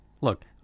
Look